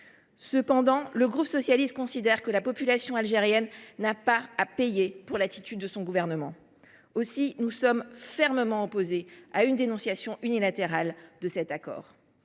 les élus du groupe socialiste considèrent que la population algérienne n’a pas à payer pour l’attitude de son gouvernement. Aussi, nous sommes fermement opposés à la dénonciation unilatérale de cet accord.